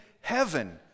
heaven